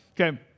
Okay